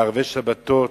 בערבי שבתות,